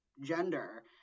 gender